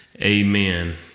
amen